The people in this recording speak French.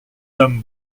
dame